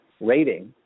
rating